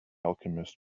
alchemist